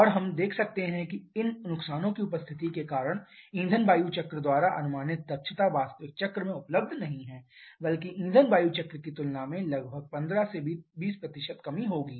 और हम देख सकते हैं कि इन नुकसानों की उपस्थिति के कारण ईंधन वायु चक्र द्वारा अनुमानित दक्षता वास्तविक चक्र में उपलब्ध नहीं है बल्कि ईंधन वायु चक्र की तुलना में लगभग 15 से 20 कम होगी